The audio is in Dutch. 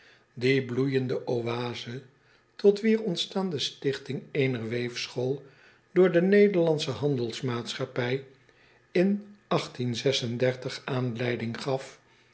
ie bloeijende oase tot wier ontstaan de stichting eener weefschool door de ed andelmaatschappij in aanleiding gaf